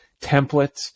templates